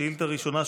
שאילתה ראשונה,